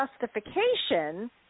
justification